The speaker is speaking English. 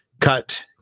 cut